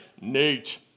Nate